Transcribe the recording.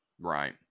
right